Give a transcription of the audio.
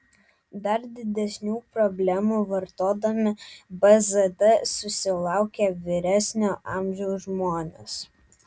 dar didesnių problemų vartodami bzd susilaukia vyresnio amžiaus žmonės